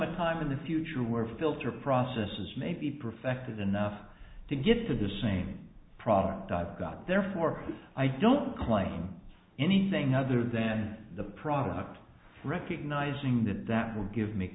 a time in the future where filter processes may be perfected enough to get to the same product i've got therefore i don't claim anything other than the product recognizing that that will give m